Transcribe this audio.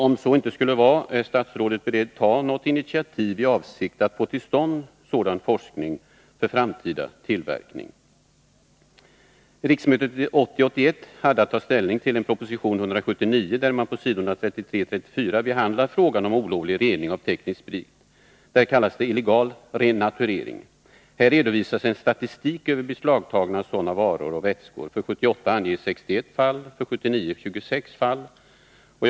Om så inte skulle vara fallet, är statsrådet beredd att ta något initiativ i avsikt att få till stånd sådan forskning för framtida tillverkning? Under riksmötet 1980/81 hade riksdagen att ta ställning till en proposition 179, där man på s. 33 och 34 behandlar frågan om olovlig rening av teknisk sprit, som där kallas illegal renaturering. Här redovisas en statistik över beslagtagna sådana varor och vätskor. För 1978 anges 61 fall, och för 1979 anges 26 fall.